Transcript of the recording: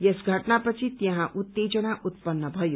यस घटना पछि त्यहा उत्तेजना उत्पन्न भयो